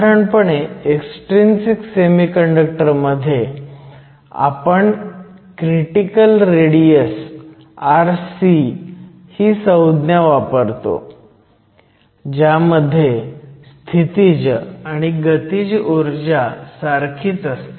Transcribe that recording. साधारणपणे extrinsic semiconductor मध्ये आपण क्रिटिकल रेडिया rc ही संज्ञा वापरतो ज्यामध्ये स्थितीज आणि गतीज ऊर्जा सारखीच असते